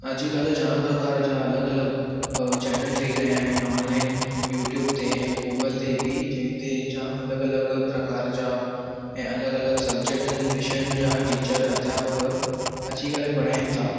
अॼुकल्ह जाम प्रकार जा अलॻि अलॻि चैनल ठही रहिया आहिनि ऑनलाइन यूट्यूब ते ऐं गूगल ते बि जंहिं ते जाम अलॻि अलॻि प्रकार जा ऐं अलॻि अलॻि सबजेक्टनि विषयुनि जा टीचर अध्यापक अची करे पढ़ाइनि था